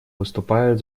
выступает